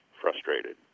frustrated